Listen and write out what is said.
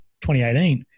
2018